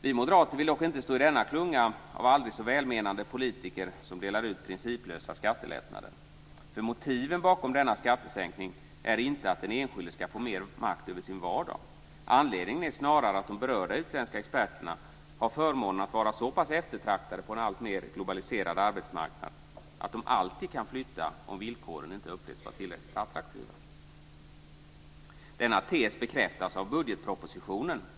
Vi moderater vill dock inte stå i denna klunga av aldrig så välmenande politiker som delar ut principlösa skattelättnader. Motiven bakom denna skattesänkning är inte att den enskilde ska få mer makt över sin vardag. Anledningen är snarare att de berörda utländska experterna har förmånen att vara så pass eftertraktade på en alltmer globaliserad arbetsmarknad att de alltid kan flytta om villkoren inte upplevs vara tillräckligt attraktiva. Denna tes bekräftas av budgetpropositionen.